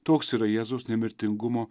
toks yra jėzaus nemirtingumo